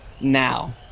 Now